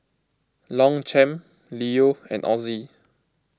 Longchamp Leo and Ozi